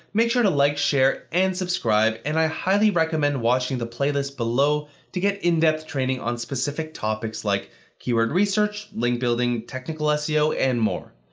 make sure to like, share and subscribe. and i highly recommend watching the playlist below to get in-depth training on specific topics like keyword research, link building, technical ah seo and more.